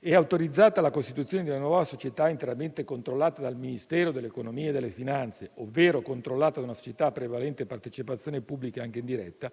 è autorizzata la costituzione della nuova società interamente controllata dal Ministero dell'economia e delle finanze, ovvero controllata da una società a prevalente partecipazione pubblica anche indiretta,